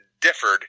differed